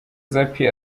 zappy